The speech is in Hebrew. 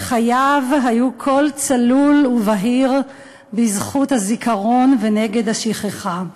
שחייו היו קול צלול ובהיר בזכות הזיכרון ונגד השכחה.